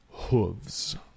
hooves